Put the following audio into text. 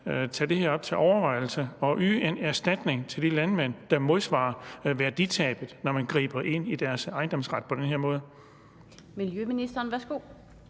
tage det her op til overvejelse og yde de landmænd en erstatning, der modsvarer værditabet, når man griber ind i deres ejendomsret på den her måde?